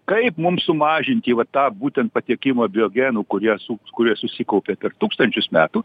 kaip mum sumažinti va tą būtent patiekimą biogenų kurie sups kurie susikaupė per tūkstančius metų